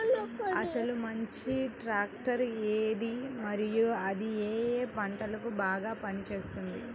అసలు మంచి ట్రాక్టర్ ఏది మరియు అది ఏ ఏ పంటలకు బాగా పని చేస్తుంది?